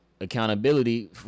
accountability